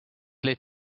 let